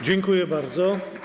Dziękuję bardzo.